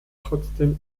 trotzdem